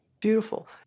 Beautiful